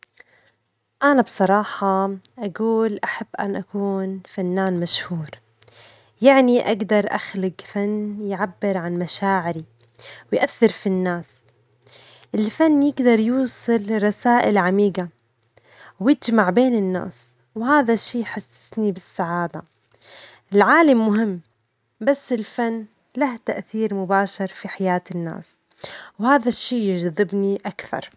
أنا بصراحة أجول أحب أن أكون فنان مشهورا، يعني أجدر أخلج فن يعبر عن مشاعري ويؤثر في الناس، الفن يجدر يوصل لرسائل عميقة ويجمع بين الناس، وهذا الشيء يحسسني بالسعادة، العالم مهم، بس الفن له تأثير مباشر في حياة الناس، وهذا الشيء يجذبني أكثر.